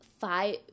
five